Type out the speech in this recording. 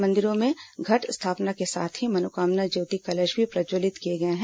मंदिरों में घट स्थापना के साथ ही मनोकामना ज्योति कलश भी प्रज्जवलित किए गए हैं